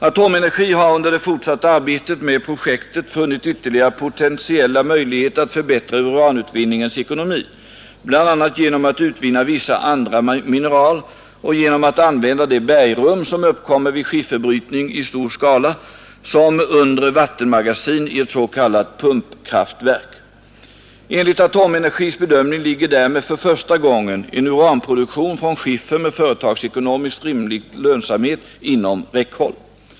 Atomenergi har under det fortsatta arbetet med projektet funnit ytterligare potentiella möjligheter att förbättra uranutvinningens ekonomi, bl.a. genom att utvinna vissa andra mineral och genom att använda det bergrum som uppkommer vid skifferbrytning i stor skala som undre vattenmagasin i ett s.k. pumpkraftverk. Enligt Atomenergis bedömning ligger därmed för första gången en uranproduktion från skiffer med företagsekonomiskt rimlig lönsamhet inom räckhåll.